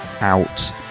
out